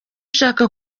ushaka